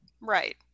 right